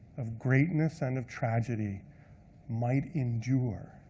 of greatness and of tragedy might endure.